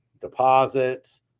deposits